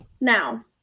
Now